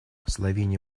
словения